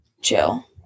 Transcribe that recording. chill